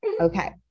Okay